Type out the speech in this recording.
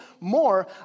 more